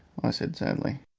i said sadly.